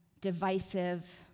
divisive